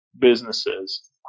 businesses